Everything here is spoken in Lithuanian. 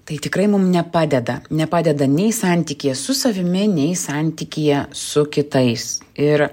tai tikrai mum nepadeda nepadeda nei santykyje su savimi nei santykyje su kitais ir